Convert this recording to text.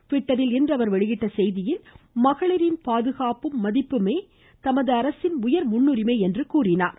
டிவிட்டரில் இன்று அவர் வெளியிட்டுள்ள செய்தியில் மகளிரின் பாதுகாப்பும் மதிப்புமே அரசின் உயர் முன்னுரிமை என்றார்